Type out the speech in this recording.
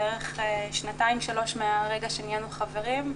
בערך שנתיים-שלוש מהרגע שנהיינו חברים,